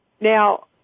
Now